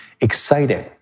exciting